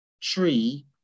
tree